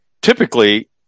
typically